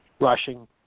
rushing